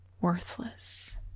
worthless